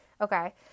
Okay